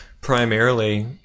primarily